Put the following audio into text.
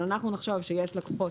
אבל אנחנו נחשוב שיש לקוחות